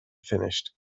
finished